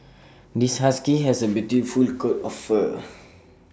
this husky has A beautiful coat of fur